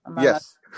Yes